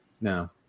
No